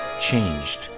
changed